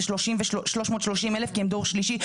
זה 330,000 כי הם דור שלישי,